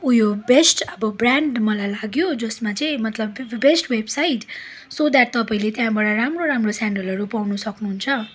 ऊ यो बेस्ट अब ब्रान्ड मलाई लाग्यो जसमा चाहिँ मतलब बेस्ट वेबसाइट सो द्याट तपाईँले त्यहाँबाट राम्रो राम्रो सेन्डलहरू पाउन सक्नुहुन्छ